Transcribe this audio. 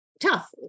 tough